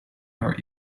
our